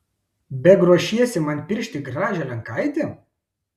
beg ruošiesi man piršti gražią lenkaitę